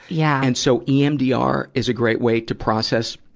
yeah and so, emdr is a great way to process,